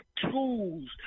tools